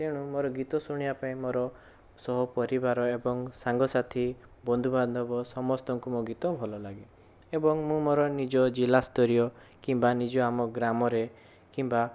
ତେଣୁ ମୋର ଗୀତ ଶୁଣିବା ପାଇଁ ମୋର ସବୁ ପରିବାର ଏବଂ ସାଙ୍ଗସାଥି ବନ୍ଧୁବାନ୍ଧବ ସମସ୍ତଙ୍କୁ ମୋ ଗୀତ ଭଲ ଲାଗେ ଏବଂ ମୁଁ ମୋର ନିଜ ଜିଲ୍ଲା ସ୍ତରୀୟ କିମ୍ବା ନିଜ ଆମ ଗ୍ରାମରେ କିମ୍ବା